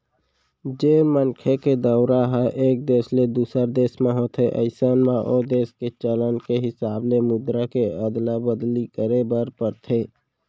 जेन मनखे के दौरा ह एक देस ले दूसर देस म होथे अइसन म ओ देस के चलन के हिसाब ले मुद्रा के अदला बदली करे बर परथे